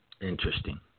Interesting